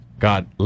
God